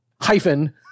hyphen